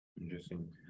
interesting